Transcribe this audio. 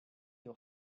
your